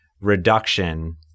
Reduction